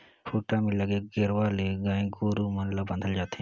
खूंटा में लगे गेरवा ले गाय गोरु मन ल बांधल जाथे